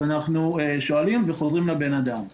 אז אנחנו שואלים וחוזרים לאותו אדם ששואל.